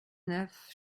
neuf